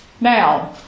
Now